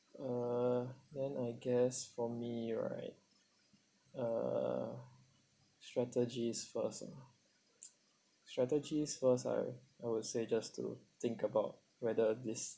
uh then I guess for me right uh strategies first ah strategies first I I would say just to think about whether this